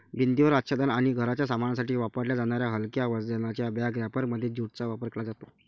भिंतीवर आच्छादन आणि घराच्या सामानासाठी वापरल्या जाणाऱ्या हलक्या वजनाच्या बॅग रॅपरमध्ये ज्यूटचा वापर केला जातो